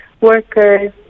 workers